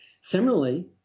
Similarly